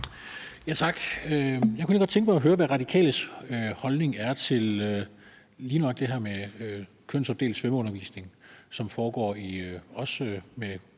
Tak. Jeg kunne godt tænke mig at høre, hvad Radikales holdning er til lige nøjagtig det her med kønsopdelt svømmeundervisning, som også med